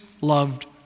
loved